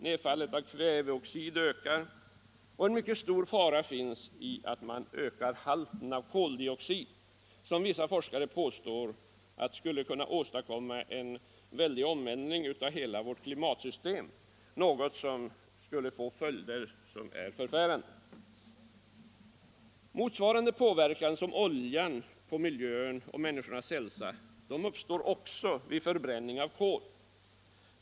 Nedfallet av kväveoxid ökar, och det finns en mycket stor fara för att man ökar halten av koldioxid. Vissa forskare påstår att det skulle kunna medföra en väldig omvälvning av hela vårt klimatsystem, något som skulle få förfärande verkningar. Motsvarande påverkan på miljön uppstår vid förbränning av kol.